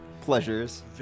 pleasures